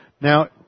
Now